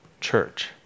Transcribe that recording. church